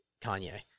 Kanye